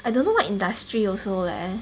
I don't know what industry also leh